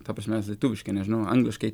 ta prasme lietuviškai nežinau angliškai